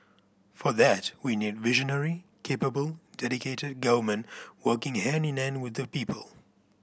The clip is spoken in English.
for that we need visionary capable dedicated government working hand in hand with the people